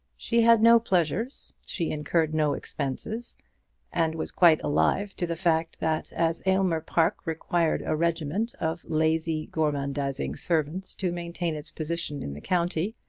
she had no pleasures, she incurred no expenses and was quite alive to the fact that as aylmer park required a regiment of lazy, gormandizing servants to maintain its position in the county,